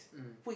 mm